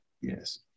Yes